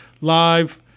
live